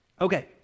Okay